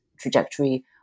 trajectory